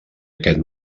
aquest